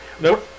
Nope